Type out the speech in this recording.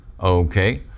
Okay